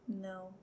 No